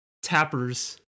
Tappers